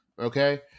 okay